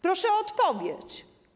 Proszę o odpowiedź.